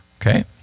okay